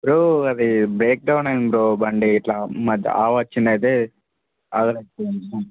bro అది break down అయింది bro బండి ఇట్లా మా ఆవు వచ్చింది అయితే ఆగిపోయింది